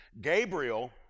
Gabriel